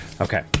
Okay